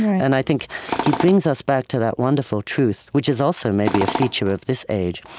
and i think he brings us back to that wonderful truth, which is also maybe a feature of this age,